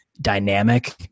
dynamic